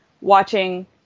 watching